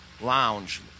lounge